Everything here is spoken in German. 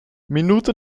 minute